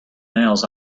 nails